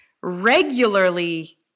regularly